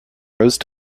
rose